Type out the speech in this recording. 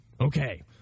Okay